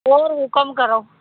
ਹੋਰ ਹੁਕਮ ਕਰੋ